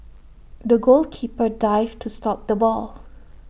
the goalkeeper dived to stop the ball